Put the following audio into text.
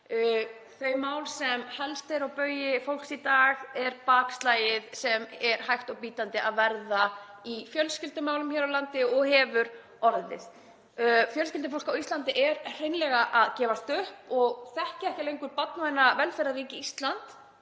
Það mál sem efst er á baugi hjá fólki í dag er bakslagið sem er hægt og bítandi að verða í fjölskyldumálum hér á landi og hefur orðið. Fjölskyldufólk á Íslandi er hreinlega að gefast upp og þekkir ekki lengur barnvæna velferðarríkið Ísland